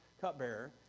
cupbearer